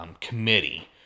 committee